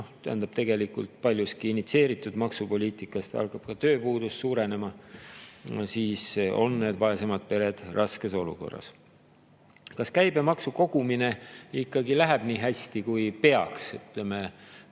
tähendab, tegelikult paljuski initsieerituna maksupoliitikast hakkab ka tööpuudus suurenema, siis on vaesemad pered raskes olukorras. Kas käibemaksu kogumine ikkagi läheb nii hästi, kui peaks,